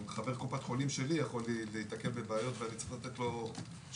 גם חבר קופת חולים שלי יכול להיתקל בבעיות ואני צריך לתת לו שירות.